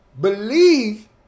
believe